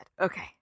Okay